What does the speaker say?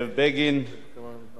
לאביך,